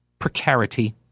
Precarity